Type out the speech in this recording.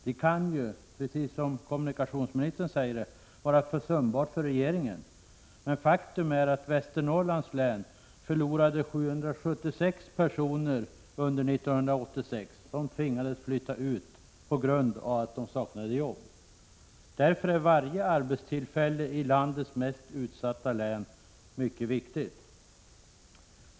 Det kan ju, precis som kommunikationsministern säger, vara försumbart för regeringen, men faktum är att Västernorrlands län förlorade 776 personer under 1986, som tvingades flytta på grund av att de saknade jobb. Därför är varje arbetstillfälle i landets mest utsatta län mycket viktigt.